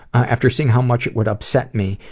after seeing how much it would upset me,